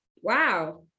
wow